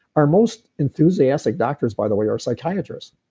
our most enthusiastic doctors by the way, are psychiatrists.